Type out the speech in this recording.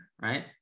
right